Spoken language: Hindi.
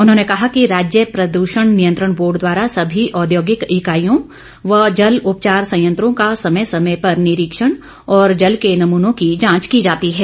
उन्होंने कहा कि राज्य प्रद्षण नियन्त्रण बोर्ड द्वारा सभी औद्योगिक इर्काइयों व जल उपचार सयंत्रों का समय समय पर निरीक्षण और जल के नमूनों की जाँच की जाती है